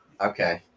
Okay